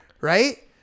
right